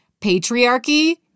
patriarchy